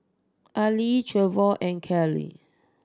Arlie Trevor and Kalie